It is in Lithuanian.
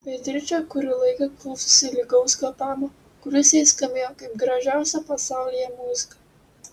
beatričė kurį laiką klausėsi lygaus kvėpavimo kuris jai skambėjo kaip gražiausia pasaulyje muzika